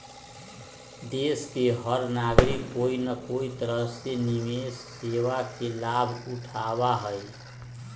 देश के हर नागरिक कोई न कोई तरह से निवेश सेवा के लाभ उठावा हई